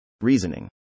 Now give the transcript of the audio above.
Reasoning